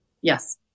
yes